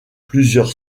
plusieurs